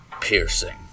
piercing